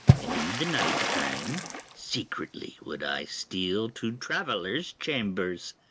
and in the night-time secretly would i steal to travellers' chambers,